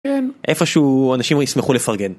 איפה שהוא אנשים יסמכו לפרגן.